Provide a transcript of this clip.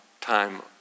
time